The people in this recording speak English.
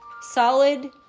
solid